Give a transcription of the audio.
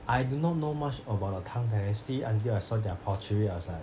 I do not know much about the tang dynasty until I saw their pottery I was like